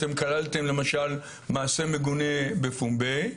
אתם כללתם למשל, מעשה מגונה בפומבי.